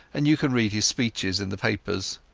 and you can read his speeches in the papers.